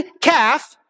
calf